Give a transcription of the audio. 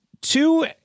two